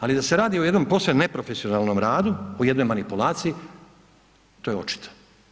Ali da se radi o jednom posve neprofesionalnom radu, o jednoj manipulaciji, to je očito.